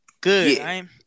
good